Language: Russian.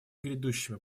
грядущими